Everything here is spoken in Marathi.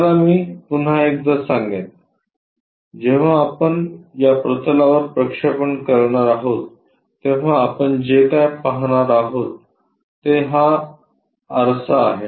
चला मी पुन्हा एकदा सांगेन जेव्हा आपण या प्रतलावर प्रक्षेपण करणार आहोत तेव्हा आपण जे काय पाहणार आहोत ते हा आरसा आहे